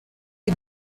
την